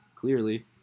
clearly